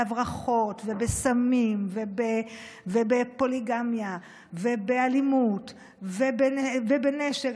בהברחות ובסמים ובפוליגמיה ובאלימות ובנשק.